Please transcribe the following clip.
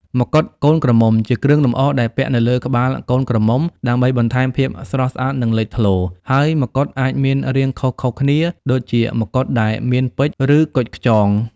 មកុដកូនក្រមុំ ជាគ្រឿងលម្អដែលពាក់នៅលើក្បាលកូនក្រមុំ ដើម្បីបន្ថែមភាពស្រស់ស្អាត និងលេចធ្លោ ហើយ មកុដអាចមានរាងខុសៗគ្នា ដូចជាមកុដដែលមានពេជ្រ ឬគុជខ្យង។